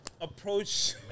approach